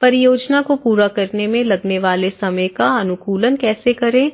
परियोजना को पूरा करने में लगने वाले समय का अनुकूलन कैसे करें